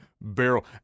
barrel